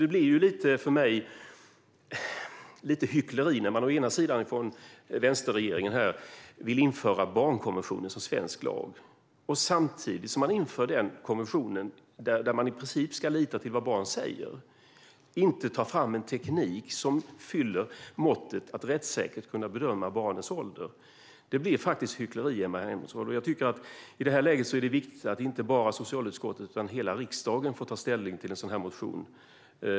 Det blir för mig lite hyckleri när vänsterregeringen å ena sidan vill införa barnkonventionen som svensk lag, där man i princip ska lita på vad barn säger, å andra sidan inte vill ta fram en teknik som fyller måttet att rättssäkert bedöma barns ålder. Det blir hyckleri, Emma Henriksson. I det här läget är det viktigt att inta bara socialutskottet utan hela riksdagen får ta ställning till min motion.